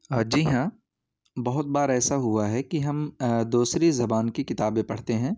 جی ہاں بہت بار ایسا ہوا ہے کہ ہم دوسری زبان کی کتابیں پڑھتے ہیں